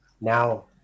Now